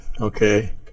okay